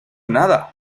nada